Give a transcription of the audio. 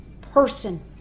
person